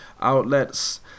outlets